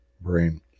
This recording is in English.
brain